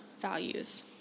values